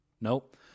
Nope